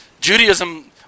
Judaism